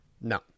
No